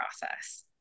process